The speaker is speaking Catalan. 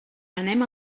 anem